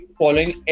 following